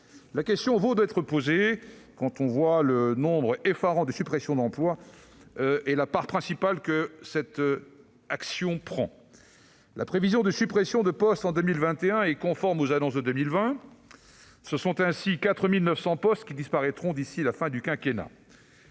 La question mérite d'être posée au vu du nombre effarant de suppressions d'emplois et de la part principale que cela prend dans ce budget. La prévision de suppression de postes en 2021 est conforme aux annonces de 2020. Ce sont ainsi 4 900 postes qui disparaîtront d'ici à la fin du quinquennat.